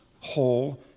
whole